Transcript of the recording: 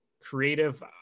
creative